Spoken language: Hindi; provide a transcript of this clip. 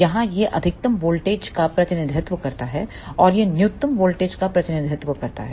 यहाँ यह अधिकतम वोल्टेज का प्रतिनिधित्व करता है और यह न्यूनतम वोल्टेज का प्रतिनिधित्व करता है